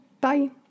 bye